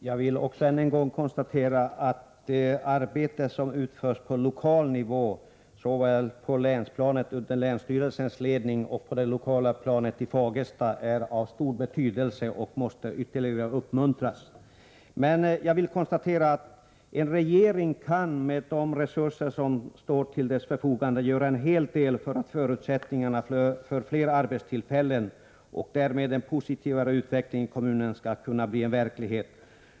Herr talman! Ännu en gång konstaterar jag att det arbete som utförs såväl på länsplanet under länsstyrelsens ledning som på det lokala planet i Fagersta är av stor betydelse och att detta arbete ytterligare måste uppmuntras. Men en regering kan, med de resurser som står till dess förfogande, göra en hel del för att förutsättningarna för att fler arbetstillfällen och därmed för en positivare utveckling skall kunna bli verklighet.